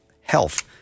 Health